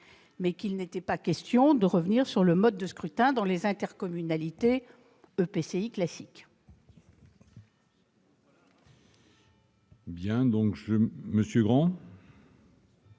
mais qu'il n'était pas question de revenir sur le mode de scrutin dans les intercommunalités, ou EPCI, classiques. Nous voici rassurés !